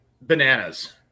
bananas